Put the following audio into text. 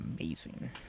amazing